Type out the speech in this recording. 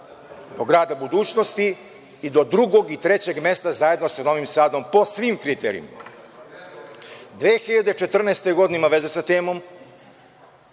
do grada budućnosti i do drugog i trećeg mesta zajedno sa Novim Sadom po svim kriterijumima. Ima veze sa temom,